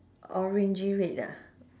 orangey red ah